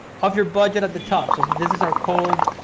of your budget at the top. so this is our cold